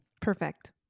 Perfect